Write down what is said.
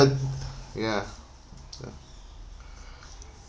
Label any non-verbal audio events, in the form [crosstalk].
ya [breath]